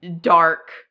dark